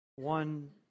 One